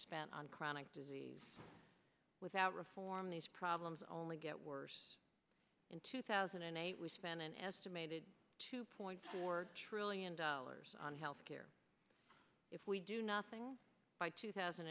spent on chronic disease without reform these problems only get worse in two thousand and eight we spend an estimated two point four trillion dollars on health care if we do nothing by two thousand